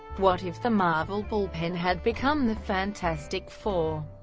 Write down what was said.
what if the marvel bullpen had become the fantastic four,